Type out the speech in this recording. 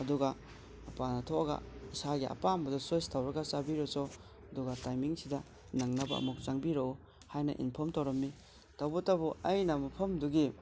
ꯑꯗꯨꯒ ꯃꯄꯥꯟꯗ ꯊꯣꯛꯑꯒ ꯏꯁꯥꯒꯤ ꯑꯄꯥꯝꯕꯗꯨ ꯆꯣꯏꯁ ꯇꯧꯔꯒ ꯆꯥꯕꯤꯔꯨꯆꯣ ꯑꯗꯨꯒ ꯇꯥꯏꯃꯤꯡꯁꯤꯗ ꯅꯪꯅꯕ ꯑꯃꯨꯛ ꯆꯪꯕꯤꯔꯛꯎ ꯍꯥꯏꯅ ꯏꯟꯐꯣꯝ ꯇꯧꯔꯝꯃꯤ ꯇꯧꯕꯇꯕꯨ ꯑꯩꯅ ꯃꯐꯝꯗꯨꯒꯤ